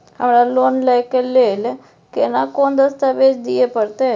हमरा लोन लय के लेल केना कोन दस्तावेज दिए परतै?